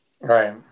Right